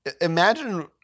imagine